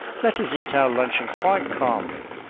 let us eat our luncheon quite calmly.